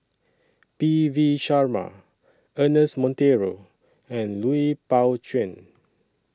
P V Sharma Ernest Monteiro and Lui Pao Chuen